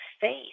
faith